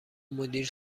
مدیر